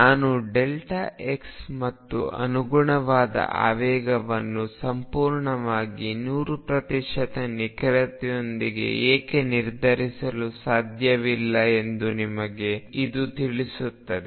ನಾನು x ಮತ್ತು ಅನುಗುಣವಾದ ಆವೇಗವನ್ನು ಸಂಪೂರ್ಣವಾಗಿ 100 ನಿಖರತೆಯೊಂದಿಗೆ ಏಕೆ ನಿರ್ಧರಿಸಲು ಸಾಧ್ಯವಿಲ್ಲ ಎಂದು ಇದು ನಿಮಗೆ ತಿಳಿಸುತ್ತದೆ